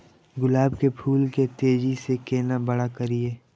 गुलाब के फूल के तेजी से केना बड़ा करिए?